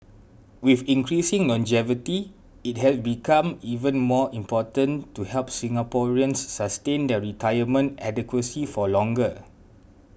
with increasing longevity it has become even more important to help Singaporeans sustain their retirement adequacy for longer